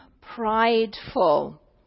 prideful